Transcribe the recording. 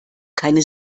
keine